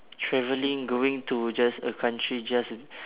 travelling going to just a country just